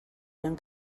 eren